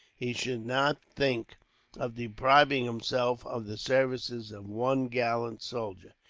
he should not think of depriving himself of the services of one gallant soldier,